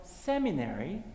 Seminary